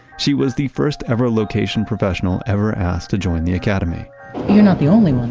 she was the first-ever location professional ever asked to join the academy you're not the only one,